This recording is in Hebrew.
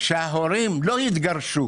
שההורים לא התגרשו